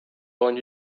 going